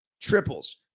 triples